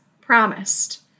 promised